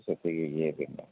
ସେଥିପାଇଁ ଇଏ